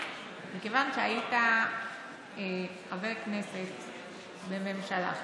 מכיוון שהיית חבר כנסת בממשלה,